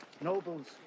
nobles